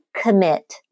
commit